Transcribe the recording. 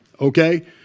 Okay